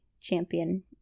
champion